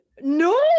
no